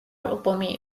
ალბომი